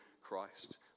Christ